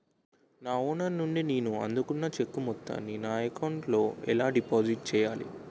నా ఓనర్ నుండి నేను అందుకున్న చెక్కు మొత్తాన్ని నా అకౌంట్ లోఎలా డిపాజిట్ చేయాలి?